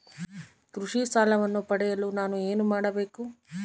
ಕೃಷಿ ಸಾಲವನ್ನು ಪಡೆಯಲು ನಾನು ಏನು ಮಾಡಬೇಕು?